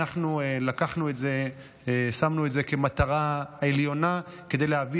ואנחנו לקחנו את זה ושמנו כמטרה עליונה כדי להביא